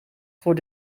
voor